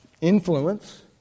influence